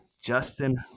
Justin